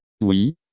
Oui